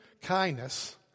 kindness